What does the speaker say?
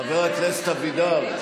חבר הכנסת אבידר,